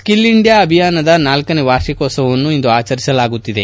skill India ಅಭಿಯಾನದ ನಾಲ್ಕನೇ ವಾರ್ಷಿಕೋತ್ಸವವನ್ನು ಇಂದು ಆಚರಿಸಲಾಗುತ್ತಿದೆ